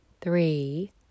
three